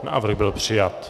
Návrh byl přijat.